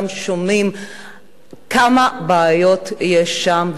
גם שומעים כמה בעיות יש שם,